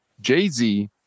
Jay-Z